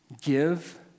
give